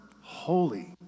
Holy